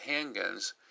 handguns